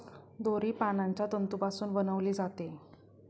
दोरी पानांच्या तंतूपासून बनविली जाते